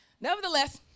Nevertheless